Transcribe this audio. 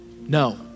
No